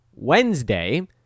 wednesday